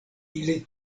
ili